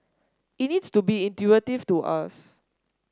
it needs to be intuitive to us